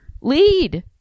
lead